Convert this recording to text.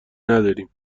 نداریم